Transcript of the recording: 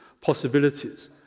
possibilities